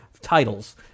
titles